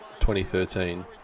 2013